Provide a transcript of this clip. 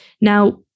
Now